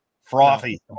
Frothy